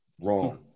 Wrong